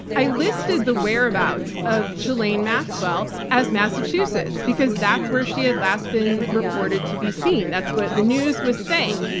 i listed the whereabouts of ghislaine maxwell as massachusetts because that's where she had last been reported to be seen, that's what the news was saying.